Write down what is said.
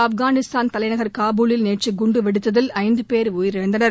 ஆப்கானிஸ்தான் தலைநகர் காபூலில் நேற்று குண்டுவெடித்ததில் ஐந்து பேர் உயிரிழந்தனர்